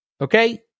Okay